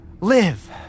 Live